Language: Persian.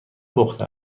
پخته